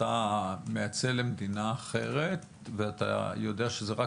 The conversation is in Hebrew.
אתה מייצא למדינה אחרת ואתה יודע שזה רק